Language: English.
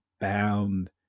bound